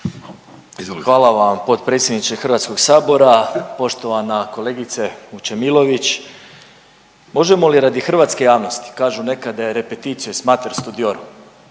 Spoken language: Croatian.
Hvala vam potpredsjedniče Hrvatskog sabora, poštovana kolegice Vučemilović. Možemo li radi hrvatske javnosti kažu nekada je repetitio est mater studiorum.